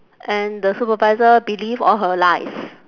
and the supervisor believe all her lies